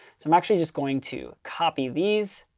so i'm actually just going to copy these.